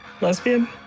Lesbian